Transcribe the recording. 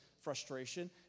frustration